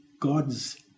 God's